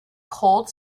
cold